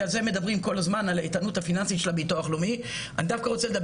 כי על זה מדברים כל הזמן על האיתנות הפיננסית של הביטוח לאומי ולדבר